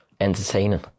entertaining